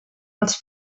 els